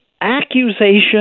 accusation